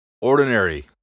Ordinary